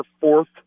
fourth